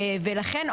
ולכן,